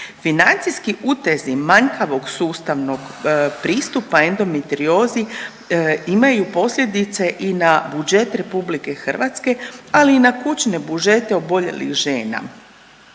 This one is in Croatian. Financijska utezi manjkavog sustavnog pristupa endometriozi imaju posljedice i na budžet RH, ali i na kućne budžete oboljelih žena.